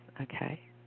Okay